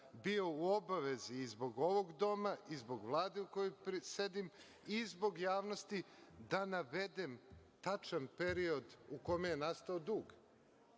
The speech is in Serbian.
bio u obavezi i zbog ovog doma i zbog Vlade u kojoj sedim i zbog javnosti da navedem tačan period u kome je nastao dug.